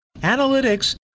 analytics